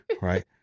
Right